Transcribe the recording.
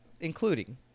including